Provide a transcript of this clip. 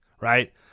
right